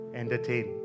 entertain